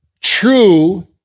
true